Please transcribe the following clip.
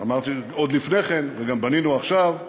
גם לפני כן ובנינו גם עכשיו,